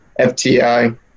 FTI –